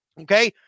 Okay